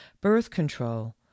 Birth-control